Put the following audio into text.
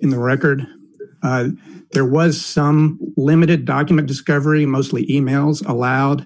in the record there was some limited document discovery mostly e mails allowed